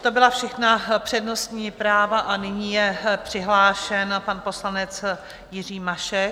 To byla všechna přednostní práva a nyní je přihlášen pan poslanec Jiří Mašek.